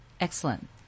Excellent